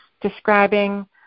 describing